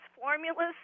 formulas